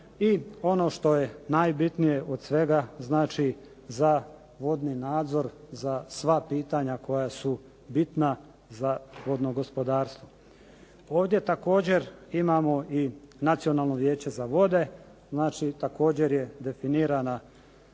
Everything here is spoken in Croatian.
i ono što je najbitnije od svega, znači za vodni nadzor za sva pitanja koja su bitna za vodno gospodarstvo. Ovdje također imamo i Nacionalno vijeće za vode, također je definirana